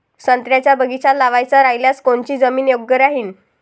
संत्र्याचा बगीचा लावायचा रायल्यास कोनची जमीन योग्य राहीन?